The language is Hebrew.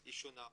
היא שונה.